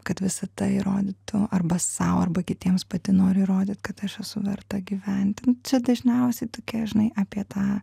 kad visata įrodytų arba sau arba kitiems pati noriu įrodyti kad aš esu verta gyventi čia dažniausiai tokia žinai apie tą